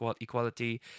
Equality